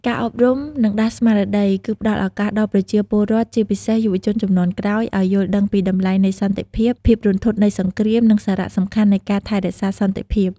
ការអប់រំ និងដាស់ស្មារតី គឺផ្ដល់ឱកាសដល់ប្រជាពលរដ្ឋ ជាពិសេសយុវជនជំនាន់ក្រោយ ឱ្យយល់ដឹងពីតម្លៃនៃសន្តិភាព ភាពរន្ធត់នៃសង្គ្រាម និងសារៈសំខាន់នៃការថែរក្សាសន្តិភាព។